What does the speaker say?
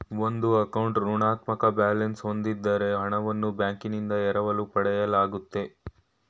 ಒಂದು ಅಕೌಂಟ್ ಋಣಾತ್ಮಕ ಬ್ಯಾಲೆನ್ಸ್ ಹೂಂದಿದ್ದ್ರೆ ಹಣವನ್ನು ಬ್ಯಾಂಕ್ನಿಂದ ಎರವಲು ಪಡೆಯಲಾಗುತ್ತೆ